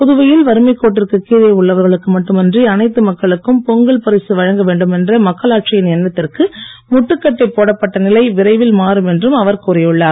புதுவையில் வறுமைக் கோட்டிற்கு கீழே உள்ளவர்களுக்கு மட்டுமின்றி அனைத்து மக்களுக்கும் பொங்கல் பரிசு வழங்க வேண்டுமென்ற மக்களாட்சியின் எண்ணத்திற்கு முட்டுக்கட்டை போடப்பட்ட நிலை விரைவில் மாறும் என்றும் அவர் கூறி உள்ளார்